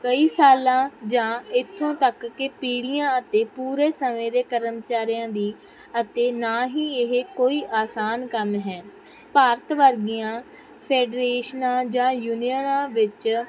ਕਈ ਸਾਲਾਂ ਜਾਂ ਇਥੋਂ ਤੱਕ ਕਿ ਪੀੜ੍ਹੀਆਂ ਅਤੇ ਪੂਰੇ ਸਮੇਂ ਦੇ ਕਰਮਚਾਰੀਆਂ ਦੀ ਅਤੇ ਨਾ ਹੀ ਇਹ ਕੋਈ ਆਸਾਨ ਕੰਮ ਹੈ ਭਾਰਤ ਵਰਗੀਆਂ ਫੈਡਰੇਸ਼ਨਾਂ ਜਾਂ ਯੂਨੀਅਨਾਂ ਵਿੱਚ